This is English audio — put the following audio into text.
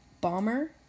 Bomber